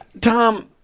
Tom